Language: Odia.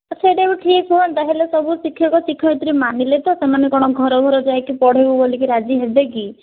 ସେଇଟା ବି ଠିକ୍ ହୁଅନ୍ତା ହେଲେ ସବୁ ଶିକ୍ଷକ ଶିକ୍ଷୟତ୍ରୀ ମାନିଲେ ତ ସେମାନେ କଣ ଘର ଘର ଯାଇକି ପଢ଼େଇବୁ ବୋଲିକି ରାଜି ହେବେ କି